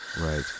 right